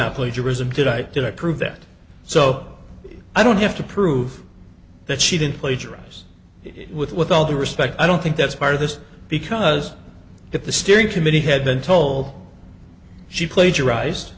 not plagiarism did i did i prove that so i don't have to prove that she didn't plagiarize it with with all due respect i don't think that's part of this because if the steering committee had been told she plagiarized